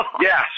Yes